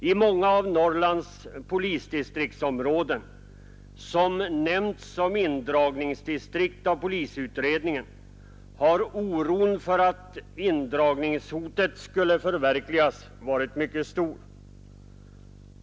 I många av Norrlands polisdistriktsområden, som av polisutredningen nämnts som indragningsdistrikt, har oron för att indragningshotet skulle förverkligas varit mycket stor.